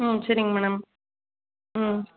ம் சரிங்க மேடம் ம்